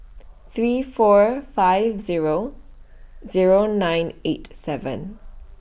three four five Zero Zero nine eight seven